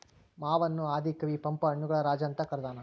ಮಾವನ್ನು ಆದಿ ಕವಿ ಪಂಪ ಹಣ್ಣುಗಳ ರಾಜ ಅಂತ ಕರದಾನ